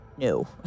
no